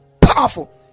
powerful